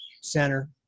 center